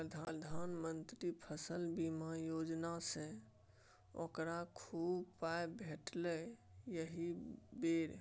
प्रधानमंत्री फसल बीमा योजनासँ ओकरा खूब पाय भेटलै एहि बेर